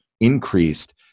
increased